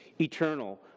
eternal